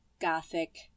gothic